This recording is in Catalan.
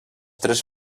tres